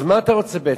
מה אתה רוצה בעצם?